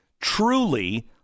truly